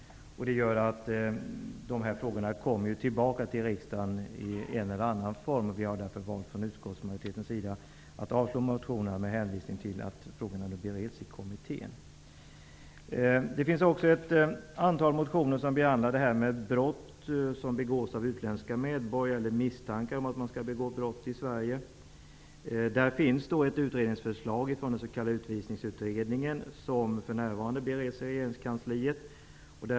Det gör att de frågorna kommer tillbaka till riksdagen i en eller annan form. Vi har därför från utskottsmajoritetens sida valt att avstyrka motionerna med hänvisning till att frågorna bereds i kommittén. Det finns också ett antal motioner som behandlar brott som begås av utländska medborgare eller misstankar om att utlänningar skall begå brott i Sverige. Där finns ett utredningsförslag från den s.k. utvisningsutredningen som för närvarande bereds i regeringskansliet.